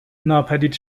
ناپدید